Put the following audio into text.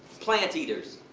plant eaters!